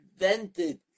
invented